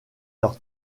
leur